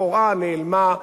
לכאורה נעלמה,